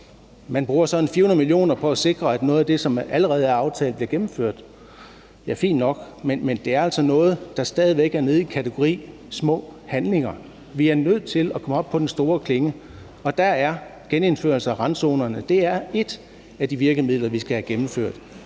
Man bruger så omkring 400 mio. kr. på at sikre, at noget af det, som allerede er aftalt, bliver gennemført. Ja, det er fint nok, men det er altså noget, der stadig væk er nede i kategorien: små handlinger. Vi er nødt til at træde op på den store klinge, og der er genindførelse af randzonerne et af de virkemidler, vi skal have gennemført.